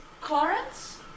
Clarence